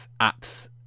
apps